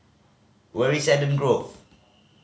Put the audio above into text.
where is Eden Grove